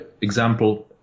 example